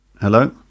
Hello